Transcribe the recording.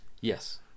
Yes